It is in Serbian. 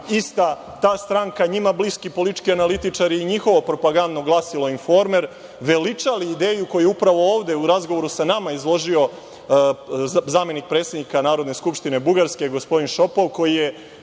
ista ta stranka njima bliski politički analitičari i njihovo propagandno glasilo „Informer“, veličali ideju, koja je upravo ovde u razgovoru sa nama izložio zamenik predsednika Narodne skupštine Bugarske gospodin Šopov, koji je